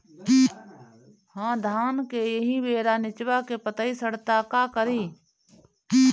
धान एही बेरा निचवा के पतयी सड़ता का करी?